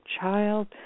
child